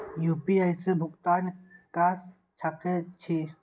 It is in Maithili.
यू.पी.आई से भुगतान क सके छी?